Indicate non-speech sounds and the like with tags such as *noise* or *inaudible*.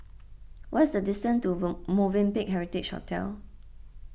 what is the distance to *hesitation* Movenpick Heritage Hotel